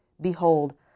behold